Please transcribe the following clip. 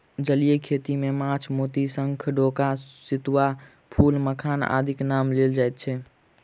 जलीय खेती मे माछ, मोती, शंख, डोका, सितुआ, फूल, मखान आदिक नाम लेल जाइत छै